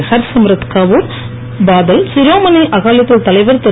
ஹர்சிம்ரத் கவுர் பாதல் சிரோமணி அகாலிதள் தலைவர் திரு